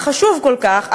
החשוב כל כך,